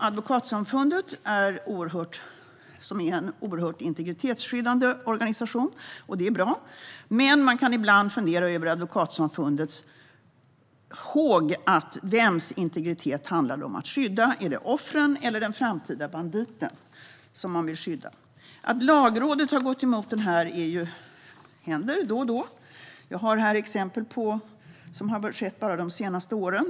Advokatsamfundet är en oerhört integritetsskyddande organisation, och det är bra, men man kan ibland fundera över Advokatsamfundets håg när det gäller vems integritet det handlar om att skydda. Är det offren eller den framtida banditen som man vill skydda? Att Lagrådet avråder händer då och då. Jag har här en lista med exempel från de senaste åren.